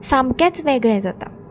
सामकेंच वेगळें जाता